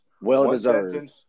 Well-deserved